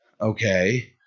okay